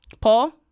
Paul